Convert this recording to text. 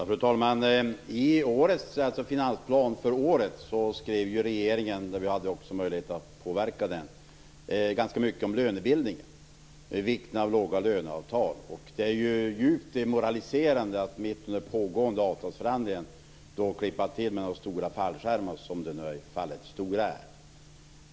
Fru talman! I årets finansplan, som vi hade möjlighet att påverka, skrev regeringen ganska mycket om lönebildning och vikten av låga löneavtal. Det är djupt demoraliserande att man nu mitt under pågående avtalsförhandlingar klipper till med de stora fallskärmar som förekommer i fallet Stora.